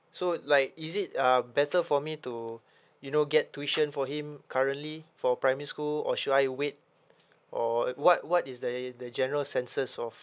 so like is it uh better for me to you know get tuition for him currently for primary school or should I wait or what what is the the general senses of